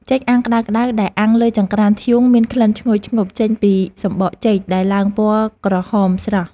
ចេកអាំងក្តៅៗដែលអាំងលើចង្ក្រានធ្យូងមានក្លិនឈ្ងុយឈ្ងប់ចេញពីសំបកចេកដែលឡើងពណ៌ក្រហមស្រស់។